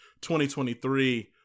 2023